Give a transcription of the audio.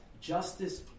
justice